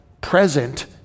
present